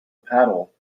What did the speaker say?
paddle